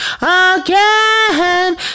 Again